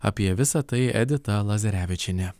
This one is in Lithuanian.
apie visa tai edita lazerevičienė